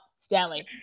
Stanley